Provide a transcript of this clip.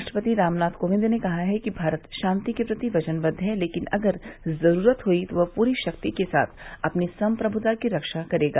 राष्ट्रपति रामनाथ कोविंद ने कहा है कि भारत शांति के प्रति वचनबद्व है लेकिन अगर जरूरत हई तो वह पूरी शक्ति के साथ अपनी संग्रत्ता की रक्षा करेगा